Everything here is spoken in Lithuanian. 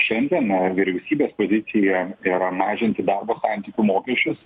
šiandie vyriausybės pozicija yra mažinti darbo santykių mokesčius